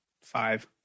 Five